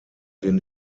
den